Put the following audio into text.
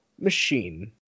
machine